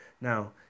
Now